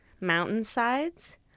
mountainsides